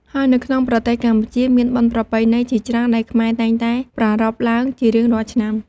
ហើយនៅក្នុងប្រទេសកម្ពុជាមានបុណ្យប្រពៃណីជាច្រើន ដែលខ្មែរតែងតែប្ររព្ធឡើងជារៀងរាល់ឆ្នាំ ។